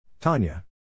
Tanya